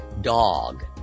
dog